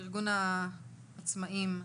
ארגון העצמאים,